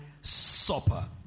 supper